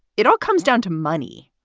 it all comes down to money,